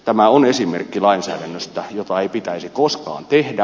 tämä on esimerkki lainsäädännöstä jota ei pitäisi koskaan tehdä